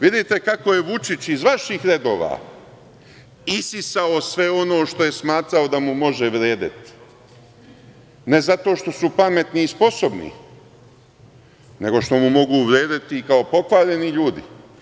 Vidite, kako je Vučić iz vaših redova isisao sve ono što je smatrao da mu može vredeti, ne zato što su pametni i sposobni, nego što mu mogu vredeti kao pokvareni ljudi.